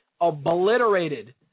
obliterated